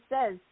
says